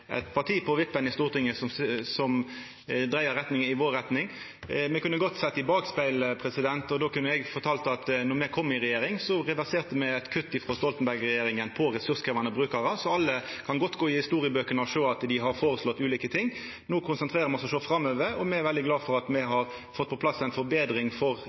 eit parti på vippen i Stortinget, som dreiar ting i vår retning. Me kunne godt sett i bakspegelen, og då kunne eg fortalt at då me kom i regjering, reverserte me eit kutt frå Stoltenberg-regjeringa til ressurskrevjande brukarar. Så alle kan godt gå til historiebøkene og sjå at dei har føreslått ulike ting. No konsentrerer me oss om å sjå framover, og me er veldig glade for at me har fått på plass ei forbetring for